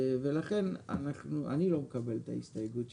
ולכן אני לא מקבל את ההסתייגות.